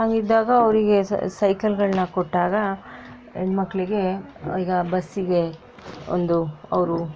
ಹಾಗಿದ್ದಾಗ ಅವರಿಗೆ ಸೈಕಲ್ಗಳನ್ನ ಕೊಟ್ಟಾಗ ಹೆಣ್ಣುಮಕ್ಕಳಿಗೆ ಈಗ ಬಸ್ಸಿಗೆ ಒಂದು ಅವರು